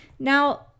Now